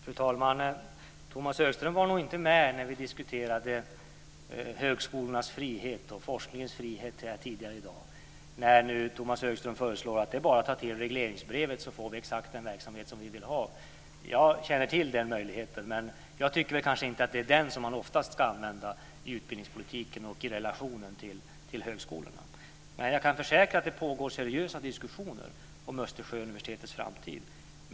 Fru talman! Tomas Högström var nog inte med när vi diskuterade högskolornas frihet och forskningens frihet tidigare i dag, när nu Tomas Högström föreslår att det bara är att ta till regleringsbrevet så får vi exakt den verksamhet som vi vill ha. Jag känner till den möjligheten. Men jag tycker kanske inte att det är den som man oftast ska använda i utbildningspolitiken och i relationen till högskolorna. Men jag kan försäkra att det pågår seriösa diskussioner om Östersjöuniversitetets framtid.